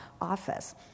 office